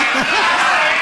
תודה.